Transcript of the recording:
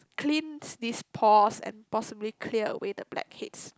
cleans these pores and possibly clear away the blackheads